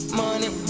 money